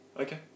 Okay